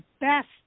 best